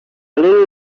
little